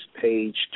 page